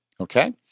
okay